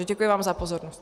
Děkuji vám za pozornost.